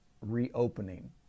reopening